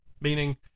meaning